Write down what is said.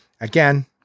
again